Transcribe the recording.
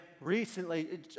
recently